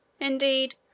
Indeed